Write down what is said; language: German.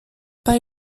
bei